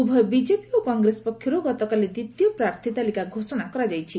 ଉଭୟ ବିଜେପି ଓ କଂଗ୍ରେସ ପକ୍ଷରୁ ଗତକାଲି ଦ୍ୱିତୀୟ ପ୍ରାର୍ଥୀ ତାଲିକା ଘୋଷଣା କରାଯାଇଛି